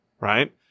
right